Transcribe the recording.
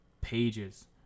pages